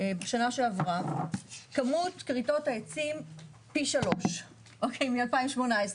בשנה שעברה כמות כריתות העצים פי שלוש מ-2018.